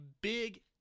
big